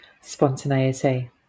Spontaneity